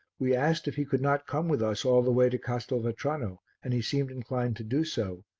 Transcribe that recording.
we asked if he could not come with us all the way to castelvetrano and he seemed inclined to do so,